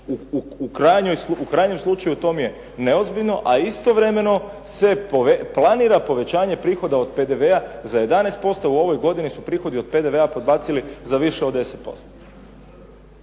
u krajnjem slučaju to mi je neozbiljno, a istovremeno se planira povećanje prihoda od PDV-a za 11%. U ovoj godini su prihodi od PDV-a podbacili za više od 10%.